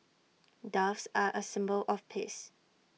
doves are A symbol of peace